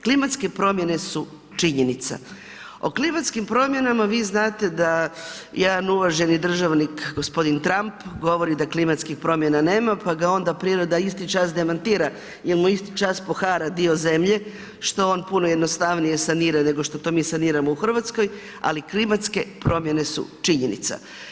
Klimatske promjene su činjenica, o klimatskim promjenama vi znate da jedan uvaženi državnik g. Trump govori da klimatskih promjena nema, pa ga onda priroda isti čas demantira jel mu isti čas pohara dio zemlje, što on puno jednostavnije sanira, nego što to mi saniramo u RH, ali klimatske promjene su činjenica.